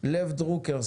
לב דרוקר,